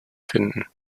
finden